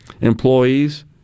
employees